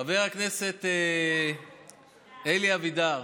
חבר הכנסת אלי אבידר,